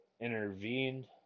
intervened